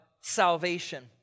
salvation